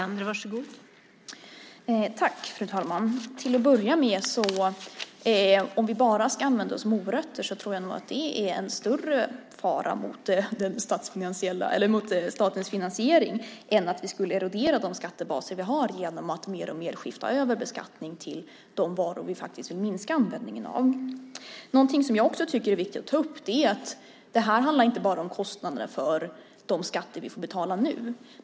Fru talman! Om vi bara ska använda oss av morötter tror jag att det är en större fara för statens finansiering än att vi skulle erodera de skattebaser vi har genom att mer och mer skifta över beskattning till de varor som vi vill minska användningen av. Jag tycker att det är viktigt att ta upp att detta inte bara handlar om kostnaderna för de skatter som vi får betala nu.